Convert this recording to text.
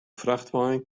frachtwein